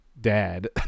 Dad